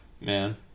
Man